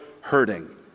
hurting